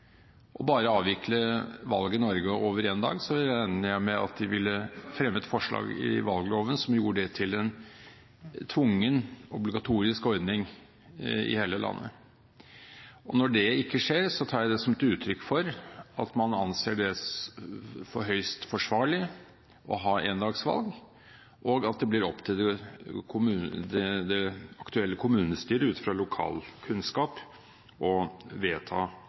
over bare én dag, regner jeg med at de ville fremmet forslag i valgloven som gjorde det til en tvungen, obligatorisk ordning i hele landet. Når det ikke skjer, tar jeg det som et uttrykk for at man anser det høyst forsvarlig å ha endagsvalg, og at det blir opp til det aktuelle kommunestyret, ut fra lokalkunnskap, å vedta